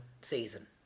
season